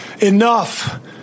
Enough